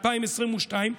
2022,